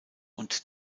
und